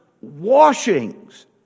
washings